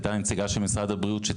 הייתה נציגה של משרד הבריאות,